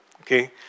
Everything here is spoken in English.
okay